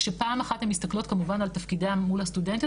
כשפעם אחת הן מסתכלות כמובן על תפקידן אל מול הסטודנטיות